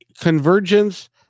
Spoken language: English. Convergence